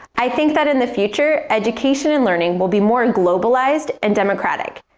i think that in the future, education and learning will be more globalised and democratic,